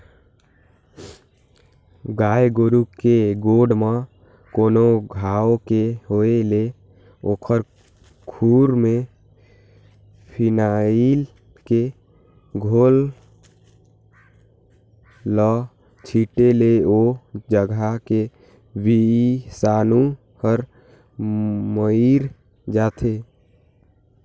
गाय गोरु के गोड़ म कोनो घांव के होय ले ओखर खूर में फिनाइल के घोल ल छींटे ले ओ जघा के बिसानु हर मइर जाथे